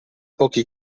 pochi